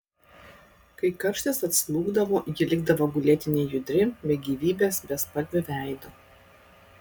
kai karštis atslūgdavo ji likdavo gulėti nejudri be gyvybės bespalviu veidu